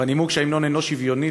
בנימוק שההמנון אינו שוויוני.